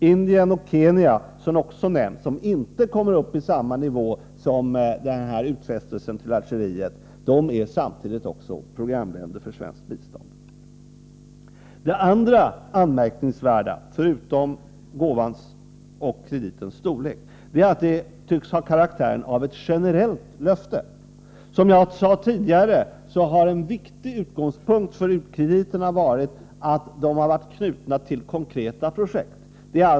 Indien och Kenya, som också nämns, kommer inte upp i samma nivå som denna utfästelse till Algeriet, men de är programländer för svenskt bistånd. Det andra anmärkningsvärda, förutom gåvans och kreditens storlek, är att de tycks ha karaktären av ett generellt löfte. Som jag sade tidigare har en viktig utgångspunkt för u-krediterna varit att de har varit knutna till konkreta projekt.